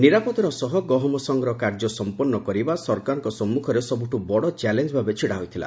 ନିରାପଦର ସହ ଗହମ ସଂଗ୍ରହ କାର୍ଯ୍ୟ ସମ୍ପନ୍ନ କରିବା ସରକାରଙ୍କ ସମ୍ମୁଖରେ ସବୁଠୁ ବଡ଼ ଚ୍ୟାଲେଞ୍ ଭାବେ ଛିଡ଼ା ହୋଇଥିଲା